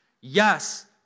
yes